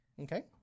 Okay